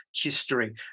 history